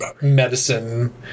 Medicine